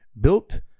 Built